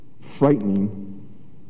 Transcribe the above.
frightening